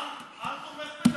העם בוחר בדרכך,